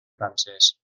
francès